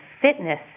fitness